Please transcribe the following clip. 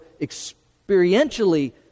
experientially